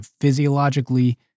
physiologically